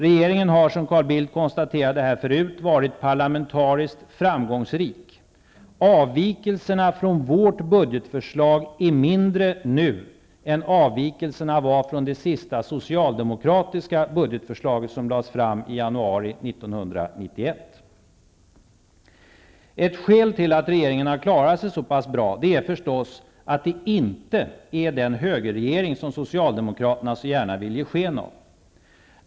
Regeringen har, som Carl Bildt konstaterade förut, varit parlamentariskt framgångsrik. Avvikelserna från vårt budgetförslag är mindre nu än avvikelserna från det sista socialdemokratiska budgetförslaget var. Det lades fram i januari 1991. Ett skäl till att regeringen har klarat sig så pass bra är förstås att den inte är den högerregering som Socialdemokraterna så gärna vill ge sken av.